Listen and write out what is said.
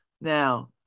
now